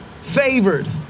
favored